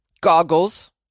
goggles